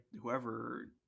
whoever